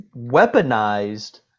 weaponized